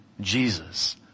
Jesus